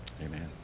Amen